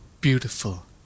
beautiful